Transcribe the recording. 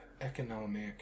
economic